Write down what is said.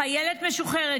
חיילת משוחררת,